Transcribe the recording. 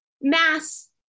mass